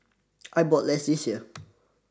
I bought less this year